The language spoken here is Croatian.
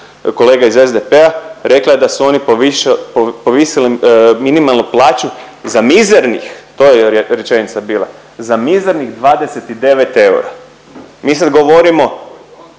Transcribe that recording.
kolega iz SDP-a rekla je da su oni povisili plaću za mizernih, to joj je rečenica bila, za mizernih 29 eura. Mi sada govorimo